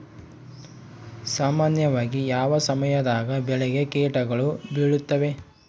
ಸಾಮಾನ್ಯವಾಗಿ ಯಾವ ಸಮಯದಾಗ ಬೆಳೆಗೆ ಕೇಟಗಳು ಬೇಳುತ್ತವೆ?